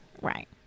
Right